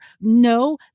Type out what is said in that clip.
No